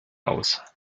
aus